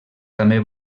també